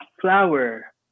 flower